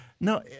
no